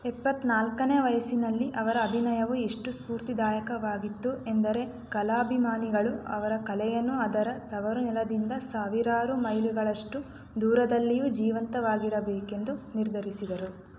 ಎಪ್ಪತ್ನಾಲ್ಕನೇ ವಯಸ್ಸಿನಲ್ಲಿ ಅವರ ಅಭಿನಯವು ಎಷ್ಟು ಸ್ಫೂರ್ತಿದಾಯಕವಾಗಿತ್ತು ಎಂದರೆ ಕಲಾಭಿಮಾನಿಗಳು ಅವರ ಕಲೆಯನ್ನು ಅದರ ತವರುನೆಲದಿಂದ ಸಾವಿರಾರು ಮೈಲಿಗಳಷ್ಟು ದೂರದಲ್ಲಿಯೂ ಜೀವಂತವಾಗಿಡಬೇಕೆಂದು ನಿರ್ಧರಿಸಿದರು